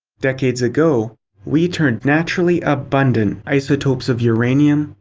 decades ago we turned naturally abundant isotopes of uranium,